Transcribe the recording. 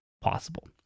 possible